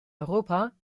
europa